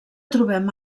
trobem